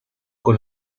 con